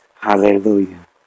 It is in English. Hallelujah